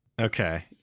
Okay